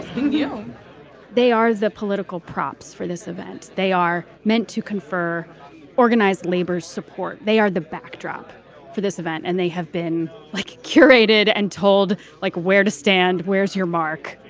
yeah they are the political props for this event. they are meant to confer organized labor support. they are the backdrop for this event. and they have been like curated and told, like where to stand? where's your mark?